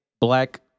black